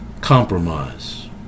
Compromise